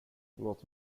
låt